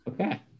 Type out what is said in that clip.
Okay